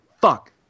Fuck